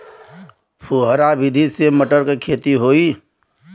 फुहरा विधि से मटर के खेती होई